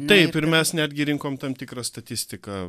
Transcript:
taip ir mes netgi rinkom tam tikrą statistiką